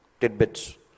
tidbits